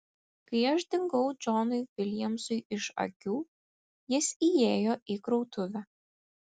kai aš dingau džonui viljamsui iš akių jis įėjo į krautuvę